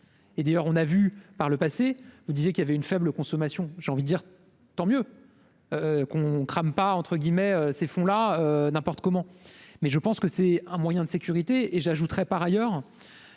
et d'ailleurs on a vu par le passé vous disait qu'il y avait une faible consommation, j'ai envie de dire tant mieux qu'on crame pas, entre guillemets, ces fonds là n'importe comment, mais je pense que c'est un moyen de sécurité et j'ajouterais par ailleurs